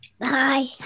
Bye